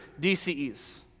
DCEs